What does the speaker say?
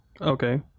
okay